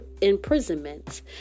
imprisonment